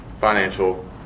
financial